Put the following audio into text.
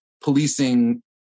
policing